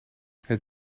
het